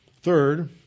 Third